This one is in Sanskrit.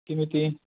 किमिति